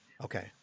Okay